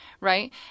Right